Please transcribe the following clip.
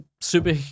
super